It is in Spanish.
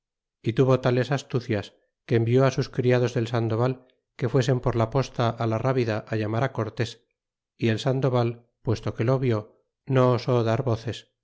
ó tuya tales astucias que envió á sus criados del sandoval que fuesen por la posta la ravida llamar cortés y el sandoval puesto que lo vió no osó dar voces